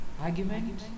argument